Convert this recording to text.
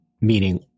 meaning